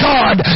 God